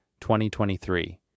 2023